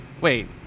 wait